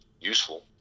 useful